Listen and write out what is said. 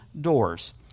doors